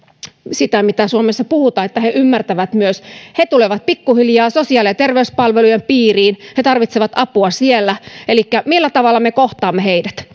sitä mitä suomessa puhutaan niin että he ymmärtävät myös he tulevat pikkuhiljaa sosiaali ja terveyspalvelujen piiriin he tarvitsevat apua siellä elikkä millä tavalla me kohtaamme heidät